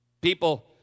People